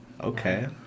Okay